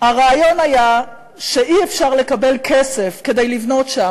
הרעיון היה שאי-אפשר לקבל כסף כדי לבנות שם,